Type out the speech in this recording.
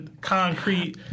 concrete